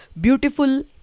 beautiful